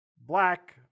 black